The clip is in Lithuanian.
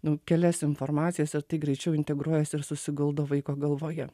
nu kelias informacijas ir tai greičiau integruojasi ir susiguldo vaiko galvoje